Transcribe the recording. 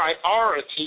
priority